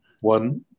One